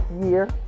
year